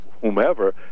whomever